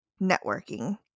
networking